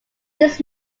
this